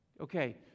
Okay